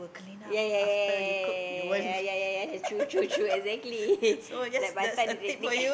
ya ya ya ya ya ya ya true true true exactly like by the time the technique